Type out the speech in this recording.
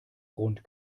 grund